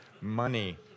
Money